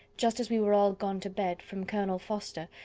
just as we were all gone to bed, from colonel forster,